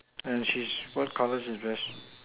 and she's what colour is her dress